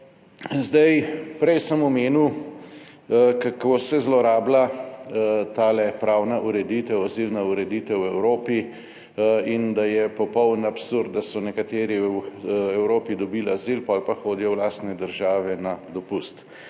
pot. Prej sem omenil, kako se zlorablja tale pravna ureditev, azilna ureditev v Evropi in da je popoln absurd, da so nekateri v Evropi dobili azil, potem pa hodijo v lastne države na dopust?